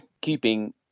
keeping